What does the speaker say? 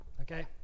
Okay